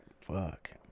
Fuck